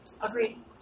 Agreed